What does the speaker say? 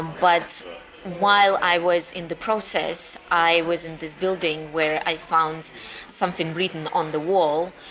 but while i was in the process, i was in this building where i found something written on the wall.